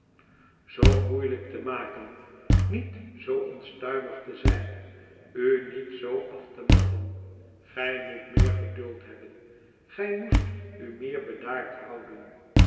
elkander lijk te maken niet zoo onstuimig te zijn u niet zoo af te matten gij moest meer geduld hebben gij moest u meer bedaard houden